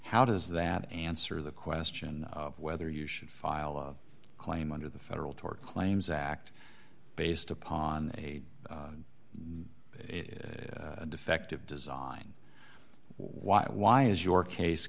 how does that answer the question of whether you should file a claim under the federal tort claims act based upon a defective design why why is your case